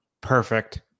Perfect